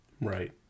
right